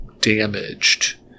damaged